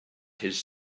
his